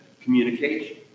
communication